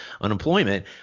unemployment